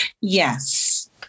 Yes